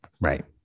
right